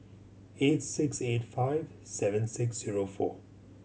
eight six eight five seven six zero four